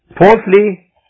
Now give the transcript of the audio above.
Fourthly